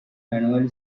manually